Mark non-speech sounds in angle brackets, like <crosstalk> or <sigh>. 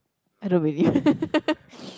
I don't believe <laughs>